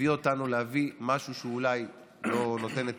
הביאו אותנו להביא משהו שאולי לא נותן את